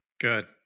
good